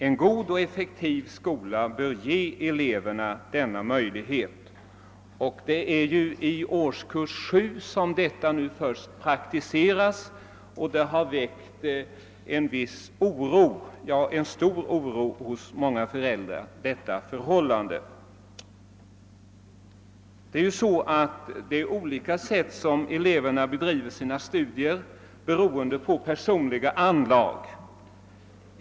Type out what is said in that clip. En god och effektiv skola bör ge eleverna denna möjlighet, och det förhållande som nu praktiseras i årskurs 7 har väckt stor oro hos många föräldrar. Eleverna bedriver ju sina studier på olika sätt beroende på personliga anlag.